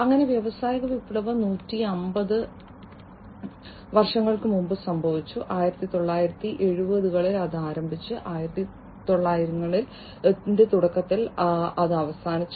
അങ്ങനെ വ്യാവസായിക വിപ്ലവം 150 വർഷങ്ങൾക്ക് മുമ്പ് സംഭവിച്ചു 1970 കളിൽ അത് ആരംഭിച്ച് 1900 ന്റെ തുടക്കത്തിൽ അവസാനിച്ചു